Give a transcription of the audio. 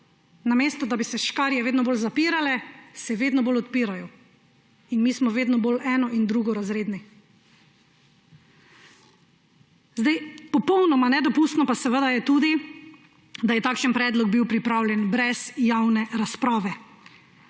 Namesto da bi se škarje vedno bolj zapirale, se vedno bolj odpirajo, in mi smo vedno bolj eno- in drugorazredni. Zdaj, popolnoma nedopustno pa seveda je tudi, da je takšen predlog bil pripravljen brez javne razprave.